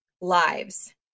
lives